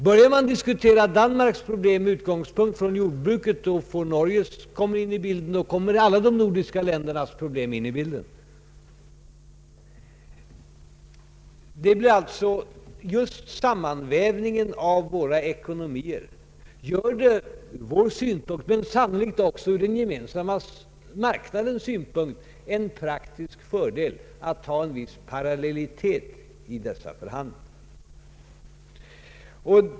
Börjar man diskutera Danmarks problem med utgångspunkt i jordbruket och tar upp Norges problem, kommer alla de övriga nordiska ländernas problem in i bilden. Just samman vävningen av våra ekonomier medför från vår synpunkt, men sannolikt också från den Gemensamma marknadens synpunkt, en praktisk fördel att ha en parallellitet i dessa förhandlingar.